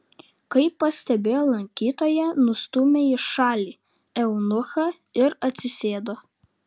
kai pastebėjo lankytoją nustūmė į šalį eunuchą ir atsisėdo